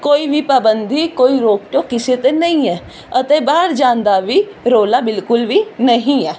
ਕੋਈ ਵੀ ਪਾਬੰਦੀ ਕੋਈ ਰੋਕ ਟੋਕ ਕਿਸੇ 'ਤੇ ਨਹੀਂ ਹੈ ਅਤੇ ਬਾਹਰ ਜਾਣ ਦਾ ਵੀ ਰੌਲਾ ਬਿਲਕੁਲ ਵੀ ਨਹੀਂ ਹੈ